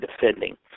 Defending